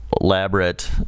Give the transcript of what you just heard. elaborate